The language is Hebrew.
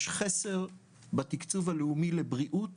יש חסר בתקצוב הלאומי לבריאות